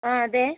ആ അതേ